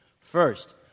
First